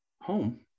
home